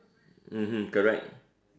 mmhmm correct